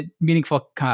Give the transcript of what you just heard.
meaningful